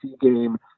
game